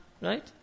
right